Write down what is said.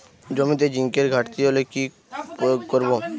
জমিতে জিঙ্কের ঘাটতি হলে কি প্রয়োগ করব?